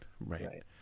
Right